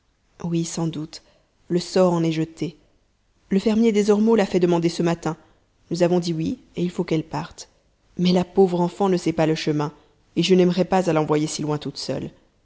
oui sans doute le sort en est jeté le fermier des ormeaux l'a fait demander ce matin nous avons dit oui et il faut qu'elle parte mais la pauvre enfant ne sait pas le chemin et je n'aimerais pas à l'envoyer si loin toute seule